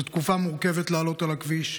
זו תקופה מורכבת לעלות על הכביש,